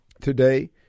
today